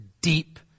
deep